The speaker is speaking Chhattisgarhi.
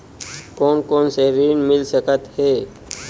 कोन कोन से ऋण मिल सकत हे?